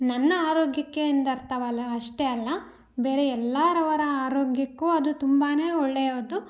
ನನ್ನ ಆರೋಗ್ಯಕ್ಕೆ ಎಂದರ್ಥವಲ್ಲ ಅಷ್ಟೇ ಅಲ್ಲ ಬೇರೆ ಎಲ್ಲರ ಆರೋಗ್ಯಕ್ಕೂ ಅದು ತುಂಬಾ ಒಳ್ಳೆಯದು